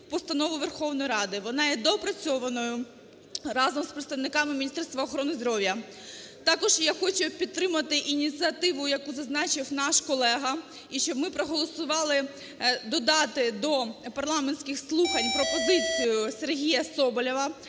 вона є доопрацьованою разом з представниками Міністерства охорони здоров'я. Також я хочу підтримати ініціативу, яку зазначив наш колега, і щоб ми проголосували додати до парламентських слухань пропозицію Сергія Соболєва